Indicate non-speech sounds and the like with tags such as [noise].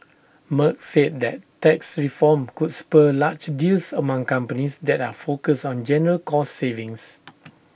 Merck said that tax reform could spur large deals among companies that are focused on general cost savings [noise]